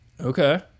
Okay